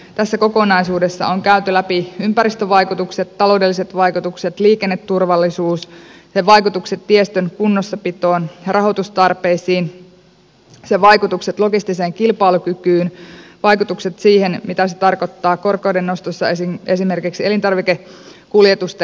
tässä kokonaisuudessa on käyty läpi ympäristövaikutukset taloudelliset vaikutukset liikenneturvallisuus sen vaikutukset tiestön kunnossapitoon ja rahoitustarpeisiin sen vaikutukset logistiseen kilpailukykyyn vaikutukset siihen mitä se tarkoittaa korkeuden nostossa esimerkiksi elintarvikekuljetusten hintaan